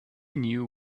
knew